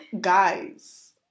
guys